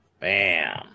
Bam